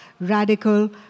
radical